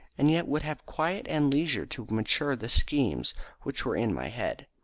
and yet would have quiet and leisure to mature the schemes which were in my head.